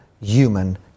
human